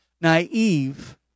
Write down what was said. naive